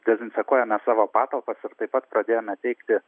dezinfekuojame savo patalpas ir taip pat pradėjome teikti